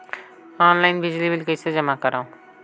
Online बिजली bill कइसे जमा करव?